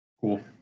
Cool